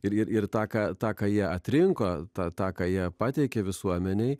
ir ir ir taką taką jie atrinko tą taką jie pateikė visuomenei